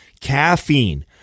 Caffeine